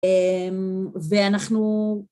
ואנחנו...